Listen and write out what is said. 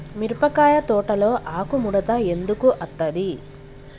మిరపకాయ తోటలో ఆకు ముడత ఎందుకు అత్తది?